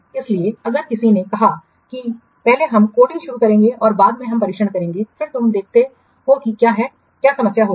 इसलिए अगर किसी ने कहा कि पहले हम कोडिंग शुरू करेंगे और बाद में हम परीक्षण करेंगे फिर तुम देखते हो कि क्या है क्या समस्या होगी